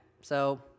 So-